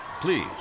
please